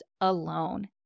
alone